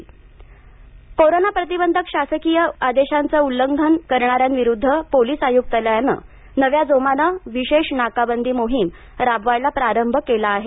मोहिम कोरोना प्रतिबंधक शासकीय आदेशांचं उल्लंघन करणाऱ्यांविरुद्ध पोलिस आयुक्तालयानं नव्या जोमानं विशेष नाकाबंदी मोहीम राबविण्यास प्रारंभ केला आहे